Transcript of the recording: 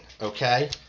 okay